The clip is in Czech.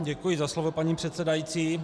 Děkuji za slovo, paní předsedající.